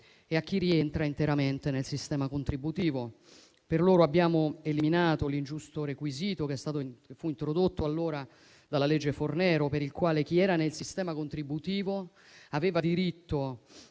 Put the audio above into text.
e a chi rientra interamente nel sistema contributivo. Per loro abbiamo eliminato l'ingiusto requisito, che fu introdotto dalla legge Fornero, per il quale chi era nel sistema contributivo aveva diritto